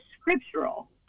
scriptural